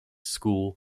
school